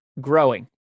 growing